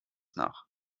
nach